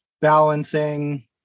balancing